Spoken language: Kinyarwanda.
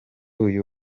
uyu